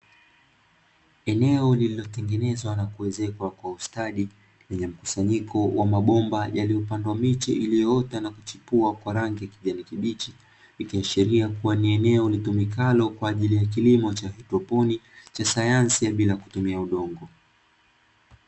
Eneo lililotengenezwa na kuezekwa kwa ustadi lenye mkusanyiko wa mabomba yaliyopandwa miche iliyoota na kuchipua kwa rangi ya kijani kibichi, likiashiria kuwa ni eneo litumikalo kwa ajili ya kilimo cha haidroponi cha sayansi ya bila kutumia udongo.